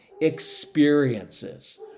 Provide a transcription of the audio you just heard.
Experiences